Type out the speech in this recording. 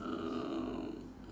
um